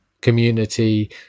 community